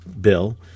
bill